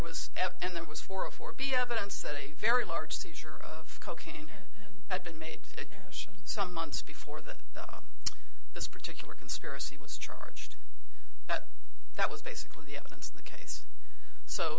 was and that was for a for be evidence that a very large seizure of cocaine had been made some months before that this particular conspiracy was charged but that was basically the evidence in the case so